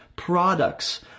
products